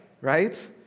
right